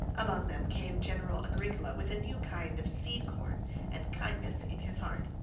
among them came general agricola with a new kind of seed-corn and kindness in his heart.